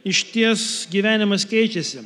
išties gyvenimas keičiasi